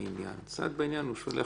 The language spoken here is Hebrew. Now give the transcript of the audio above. צד בעניין, הוא שולח